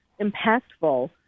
impactful